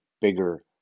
bigger